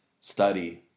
study